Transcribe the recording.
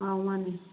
ꯑꯧ ꯃꯥꯅꯦ